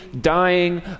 dying